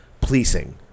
policing